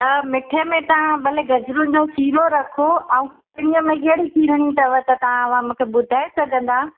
त मिठे में तव्हां भले गजरुनि जो सीरो रखो ऐं खीरणीअ में कहिड़ी खीरणी अथव त तव्हां मूंखे ॿुधाए सघंदा